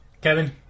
Kevin